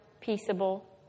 peaceable